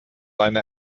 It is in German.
eine